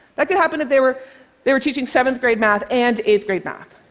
that could happen if they were they were teaching seventh grade math and eighth grade math.